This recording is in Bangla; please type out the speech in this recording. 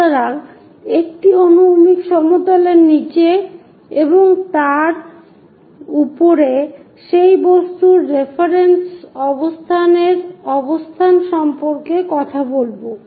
সুতরাং একটি অনুভূমিক সমতলের নীচে এবং তার উপরে সেই বস্তুর রেফারেন্স অবস্থানের অবস্থান সম্পর্কে কথা বলবো